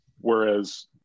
Whereas